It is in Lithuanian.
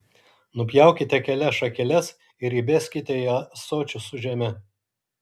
nupjaukite kelias šakeles ir įbeskite į ąsočius su žeme